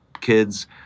kids